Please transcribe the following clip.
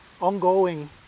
Ongoing